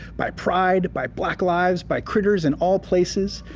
by pride, by black lives, by critters in all places.